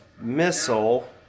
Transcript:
missile